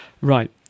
Right